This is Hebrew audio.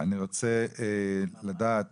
אני רוצה לדעת